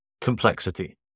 Complexity